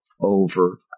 over